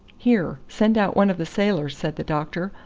here, send out one of the sailors, said the doctor.